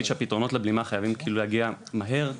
שהפתרונות לבלימה חייבים כאילו להגיע מהר,